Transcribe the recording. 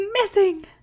missing